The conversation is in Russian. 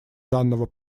данного